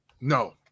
No